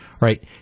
right